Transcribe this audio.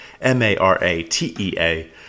M-A-R-A-T-E-A